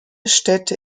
städte